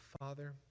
Father